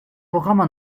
programma